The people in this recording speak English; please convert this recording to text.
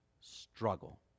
struggle